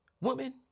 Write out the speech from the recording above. Woman